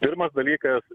pirmas dalykas